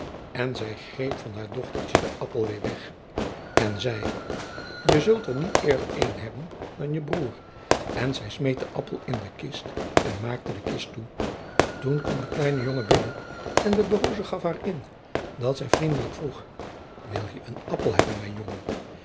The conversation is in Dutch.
en zij greep van haar dochtertje den appel weêr weg en zei je zult er niet eerder een hebben dan je broer en zij smeet den appel in de kist en maakte de kist toe toen kwam de kleine jongen binnen en de booze gaf haar in dat zij vriendelijk vroeg wil je een appel hebben mijn jongen